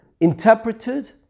interpreted